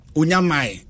unyamai